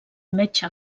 metge